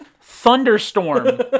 thunderstorm